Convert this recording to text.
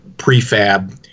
prefab